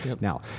Now